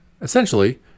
Essentially